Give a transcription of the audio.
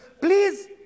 Please